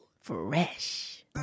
fresh